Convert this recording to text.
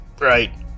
right